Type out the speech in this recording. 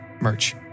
merch